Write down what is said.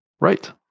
Right